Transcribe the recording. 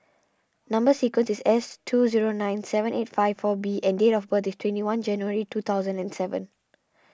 Number Sequence is S two zero nine seven eight five four B and date of birth is twenty one January two thousand and seven